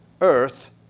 earth